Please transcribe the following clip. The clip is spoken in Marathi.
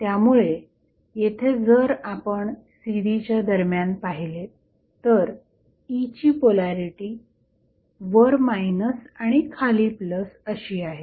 त्यामुळे येथे जर आपण c d च्या दरम्यान पाहिले तर E ची पोलॅरिटी वर मायनस आणि खाली प्लस अशी आहे